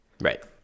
Right